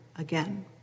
again